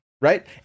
Right